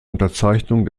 unterzeichnung